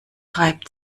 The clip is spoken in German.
reibt